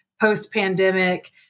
post-pandemic